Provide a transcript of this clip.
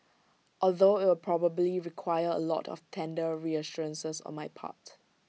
although IT will probably require A lot of tender reassurances on my part